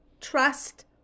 trust